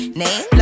name